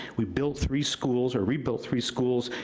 we build three schools, or rebuilt three schools,